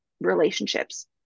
relationships